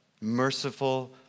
merciful